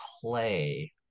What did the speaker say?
play